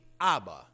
Abba